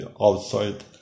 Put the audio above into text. outside